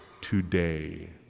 today